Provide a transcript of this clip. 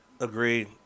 Agreed